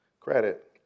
credit